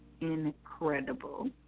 Incredible